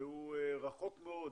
שהוא רחוק מאוד